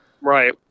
right